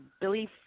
Billy